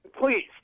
Please